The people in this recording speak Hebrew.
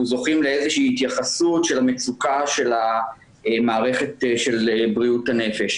זוכים לאיזו שהיא התייחסות של המצוקה של מערכת בריאות הנפש.